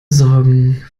sorgen